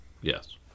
Yes